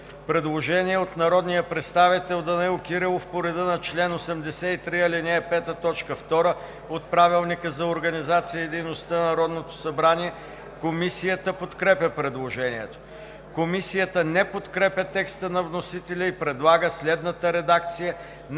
Предложение на народния представител Данаил Кирилов по реда на чл. 83, ал. 5, т. 2 от Правилника за организацията и дейността на Народното събрание. Комисията подкрепя предложението. Комисията не подкрепя текста на вносителя и предлага следната редакция